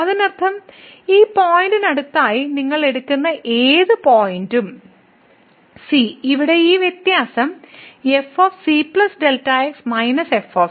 അതിനർത്ഥം ഈ പോയിന്റിനടുത്തായി നിങ്ങൾ എടുക്കുന്ന ഏത് പോയിന്റും c ഇവിടെ ഈ വ്യത്യാസം f c Δx f ≤ 0